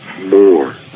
more